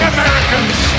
Americans